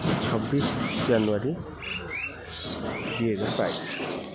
ଛବିଶି ଜାନୁଆରୀ ଦୁଇହଜାର ବାଇଶି